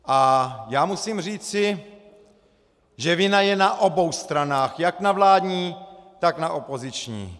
A já musím říci, že vina je na obou stranách, jak na vládní, tak na opoziční.